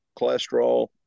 cholesterol